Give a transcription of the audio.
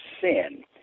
sin